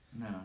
No